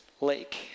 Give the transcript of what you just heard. lake